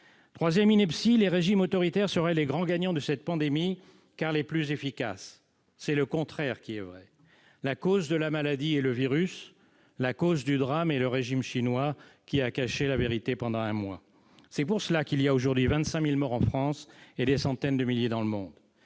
Troisième ineptie : les régimes autoritaires seraient les grands gagnants de cette pandémie, car les plus efficaces. C'est le contraire qui est vrai. La cause de la maladie est le virus. La cause du drame est le régime chinois, qui a caché la vérité pendant un mois. C'est pour cela qu'il y a aujourd'hui 25 000 morts en France et des centaines de milliers dans le monde.